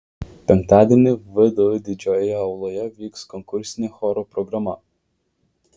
penktadienį vdu didžiojoje auloje vyks konkursinė chorų programa